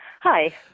Hi